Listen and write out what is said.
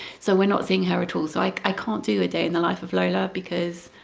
so we're not seeing her at all, so like i can't do a day in the life of lola because